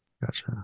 Gotcha